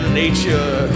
nature